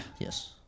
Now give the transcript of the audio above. Yes